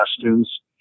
costumes